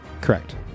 Correct